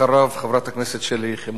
אחריו, חברת הכנסת שלי יחימוביץ.